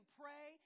pray